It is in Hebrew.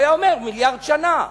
הוא היה אומר מיליארד שנה.